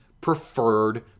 preferred